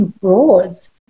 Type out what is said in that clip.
broads